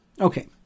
Okay